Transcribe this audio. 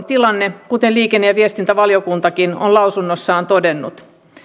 tilanne kuten liikenne ja viestintävaliokuntakin on lausunnossaan todennut